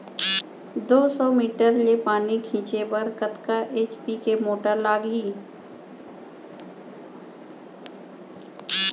दो सौ मीटर ले पानी छिंचे बर कतका एच.पी के मोटर लागही?